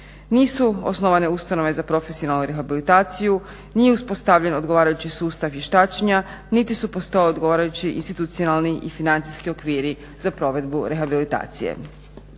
Nisu osnovane ustanove za profesionalnu rehabilitaciju, nije uspostavljen odgovarajući sustav vještačenja niti su postojali odgovarajući institucionalni i financijski okviri za provedbu rehabilitacije.